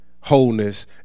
wholeness